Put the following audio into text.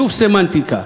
שוב סמנטיקה,